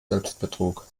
selbstbetrug